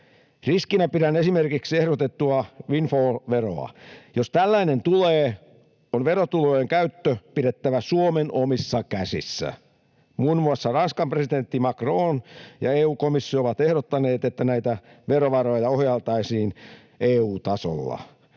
Riskinä pidän esimerkiksi ehdotettua windfall-veroa. Jos tällainen tulee, on verotulojen käyttö pidettävä Suomen omissa käsissä. Muun muassa Ranskan presidentti Macron ja EU-komissio ovat ehdottaneet, että näitä verovaroja ohjailtaisiin EU-tasolla.